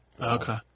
Okay